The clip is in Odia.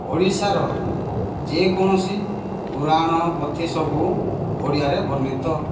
ଓଡ଼ିଶାର ଯେକୌଣସି ପୁରାଣ ପୋଥି ସବୁ ଓଡ଼ିଆରେ ବର୍ଣ୍ଣିତ